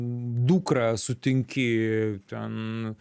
dukrą sutinki ten